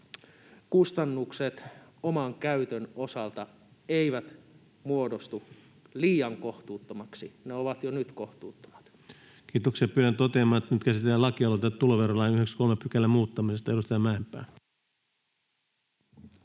kustannukset oman käytön osalta eivät muodostu liian kohtuuttomiksi. Ne ovat jo nyt kohtuuttomat. Kiitoksia. — Totean, että nyt käsitellään lakialoitetta tuloverolain 93 §:n muuttamisesta. — Edustaja Mäenpää.